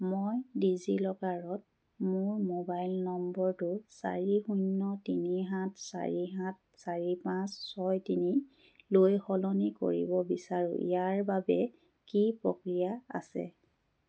মই ডিজিলকাৰত মোৰ মোবাইল নম্বৰটো চাৰি শূন্য তিনি সাত চাৰি সাত চাৰি পাঁচ ছয় তিনিলৈ সলনি কৰিব বিচাৰোঁ ইয়াৰ বাবে কি প্ৰক্ৰিয়া আছে